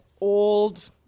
old